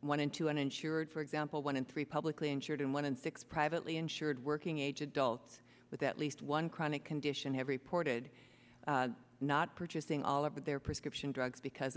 one in two uninsured for example one in three publicly insured and one in six privately insured working age adults with at least one chronic condition have reported not purchasing all of their prescription drugs because